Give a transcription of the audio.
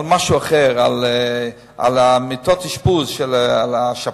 על משהו אחר, על מיטות אשפוז לשפעת.